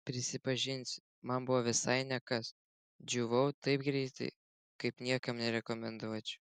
prisipažinsiu man buvo visai ne kas džiūvau taip greitai kaip niekam nerekomenduočiau